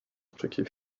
przeciw